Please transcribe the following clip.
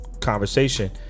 conversation